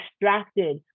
distracted